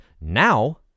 now